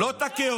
לא את הכאוס.